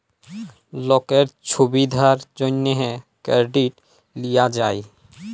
লকের ছুবিধার জ্যনহে কেরডিট লিয়া যায়